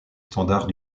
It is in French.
standards